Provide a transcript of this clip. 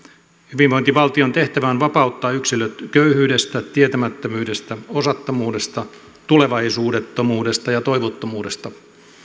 hyvinvointivaltion tehtävä on vapauttaa yksilöt köyhyydestä tietämättömyydestä osattomuudesta tulevaisuudettomuudesta ja toivottomuudesta